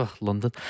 London